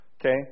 Okay